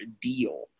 deal